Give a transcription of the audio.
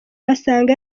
basanga